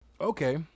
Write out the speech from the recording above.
Okay